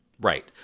Right